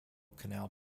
canal